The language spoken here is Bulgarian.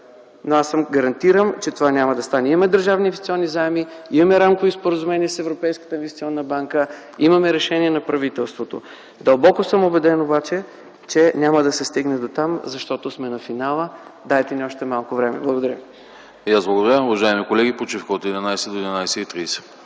Но аз гарантирам, че това няма да стане. Имаме държавни инвестиционни заеми, имаме рамкови споразумения с Европейската инвестиционна банка, имаме решение на правителството. Дълбоко съм убеден обаче, че няма да се стигне дотам, защото сме на финала. Дайте ни още малко време. Благодаря. ПРЕДСЕДАТЕЛ АНАСТАС АНАСТАСОВ: И аз благодаря. Уважаеми колеги, почивка от 11,00 до 11,30